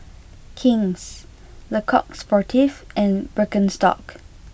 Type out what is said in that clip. King's Le Coq Sportif and Birkenstock